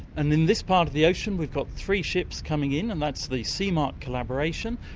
and in this part of the ocean we've got three ships coming in, and that's the ceamarc collaboration,